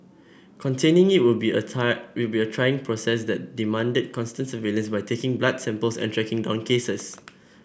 containing it will be a it will be a trying process that demanded constant surveillance by taking blood samples and tracking down cases